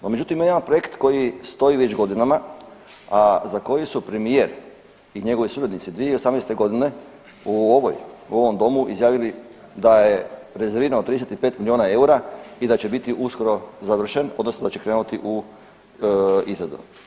No, međutim ima jedan projekt koji stoji već godinama, a za koji su premijer i njegovi suradnici 2018. godine u ovoj, u ovom domu izjavili da je rezervirano 35 miliona eura i da će biti uskoro završen odnosno da će krenuti u izradu.